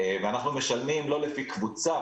אנחנו משלמים לא לפי קבוצה,